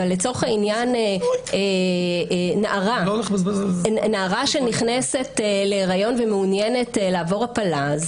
אבל לצורך העניין נערה שנכנסת להיריון ומעוניינת לעבור הפלה,